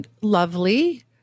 lovely